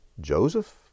Joseph